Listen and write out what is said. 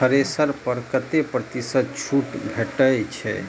Thresher पर कतै प्रतिशत छूट भेटय छै?